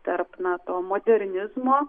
tarp na to modernizmo